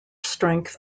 strength